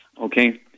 Okay